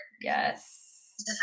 Yes